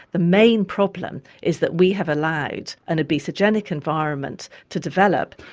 the main problem is that we have allowed an obesogenic environment to develop.